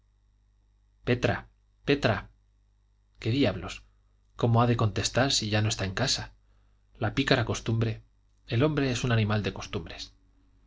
petra petra qué diablos cómo ha de contestar si ya no está en casa la pícara costumbre el hombre es un animal de costumbres